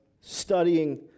studying